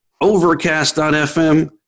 Overcast.fm